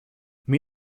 mir